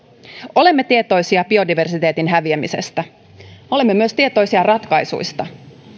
olemme tietoisia biodiversiteetin häviämisestä olemme tietoisia myös ratkaisuista